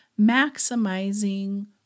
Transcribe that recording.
maximizing